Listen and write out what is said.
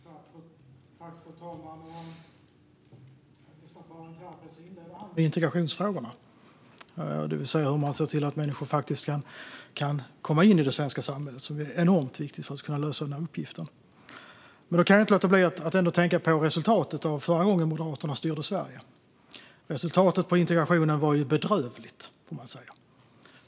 Fru talman! Arin Karapets inlägg handlar om integrationsfrågorna, det vill säga hur man ser till att människor kan komma in i det svenska samhället, vilket är enormt viktigt för att lösa uppgiften. Jag kan inte låta bli att tänka på resultatet då Moderaterna styrde Sverige förra gången. Det var bedrövligt.